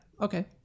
Okay